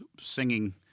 singing